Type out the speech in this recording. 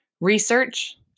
research